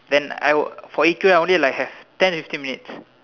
then I for E_Q I only have like ten fifteen minutes